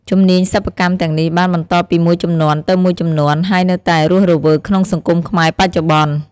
ជំនាញសិប្បកម្មទាំងនេះបានបន្តពីមួយជំនាន់ទៅមួយជំនាន់ ហើយនៅតែរស់រវើកក្នុងសង្គមខ្មែរបច្ចុប្បន្ន។